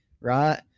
right